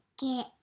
Get